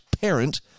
parent